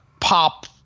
pop